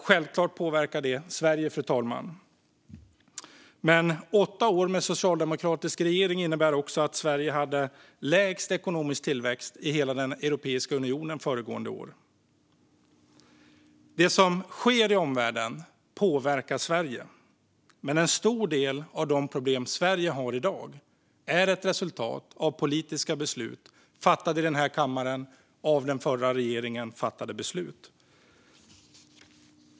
Självklart påverkar det Sverige, fru talman. Men åtta år med socialdemokratisk regering innebär också att Sverige hade lägst ekonomisk tillväxt i hela Europeiska unionen föregående år. Det som sker i omvärlden påverkar Sverige, men en stor del av de problem Sverige har i dag är resultat av politiska beslut fattade i den här kammaren och av den förra regeringen.